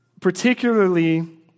particularly